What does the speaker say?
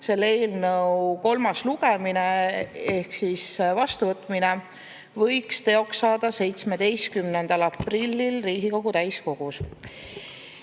selle eelnõu kolmas lugemine ehk siis vastuvõtmine võiks teoks saada 17. aprillil Riigikogu täiskogus.